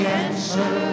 answer